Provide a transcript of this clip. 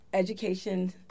Education